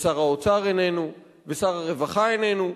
ושר האוצר איננו, ושר הרווחה איננו.